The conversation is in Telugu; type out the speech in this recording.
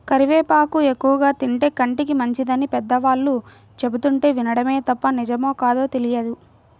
కరివేపాకు ఎక్కువగా తింటే కంటికి మంచిదని పెద్దవాళ్ళు చెబుతుంటే వినడమే తప్ప నిజమో కాదో తెలియదు